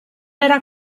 era